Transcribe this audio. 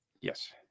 yes